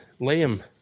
Liam